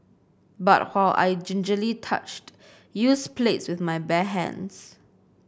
but while I gingerly touched used plates with my bare hands